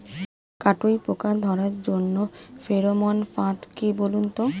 কাটুই পোকা ধরার জন্য ফেরোমন ফাদ কি বলুন তো?